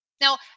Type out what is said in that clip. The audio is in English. Now